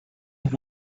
have